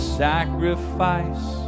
sacrifice